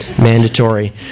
mandatory